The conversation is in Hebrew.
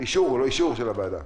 אישור של הוועדה.